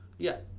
yeah,